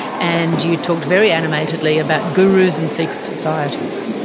and you talked very animatedly about gurus and secret societies.